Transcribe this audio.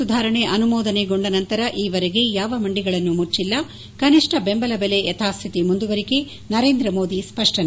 ಸುಧಾರಣೆ ಅನುಮೋದನೆಗೊಂಡ ನಂತರ ಈವರೆಗೆ ಯಾವ ಮಂಡಿಗಳನ್ನೂ ಮುಚ್ಚಿಲ್ಲ ಕನಿಷ್ಠ ಬೆಂಬಲ ಬೆಲೆ ಯಥಾಸ್ತಿತಿ ಮುಂದುವರಿಕೆ ನರೇಂದ ಮೋದಿ ಸ್ಪಷ್ಪನೆ